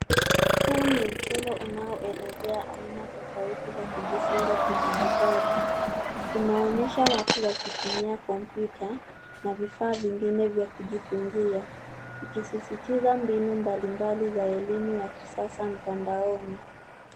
Huu ni mchoro unaoelezea aina tofauti za kujifuza kidijitali. Inaonyesha watu wakitumia kompyuta na vifaa vingine vya kujifunzia ikisisitiza mbinu mbalimbali za elimu ya kisasa mtandaoni.